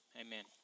amen